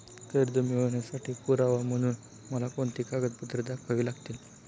कर्ज मिळवण्यासाठी पुरावा म्हणून मला कोणती कागदपत्रे दाखवावी लागतील?